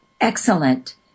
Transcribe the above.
Excellent